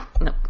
No